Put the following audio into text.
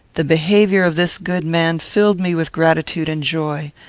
the behaviour of this good man filled me with gratitude and joy.